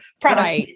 products